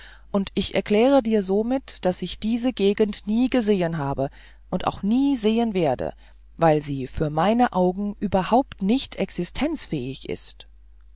und ich erkläre dir somit daß ich diese gegend nie gesehen habe und auch nie sehen werde weil sie für mein auge überhaupt nicht existenzfähig ist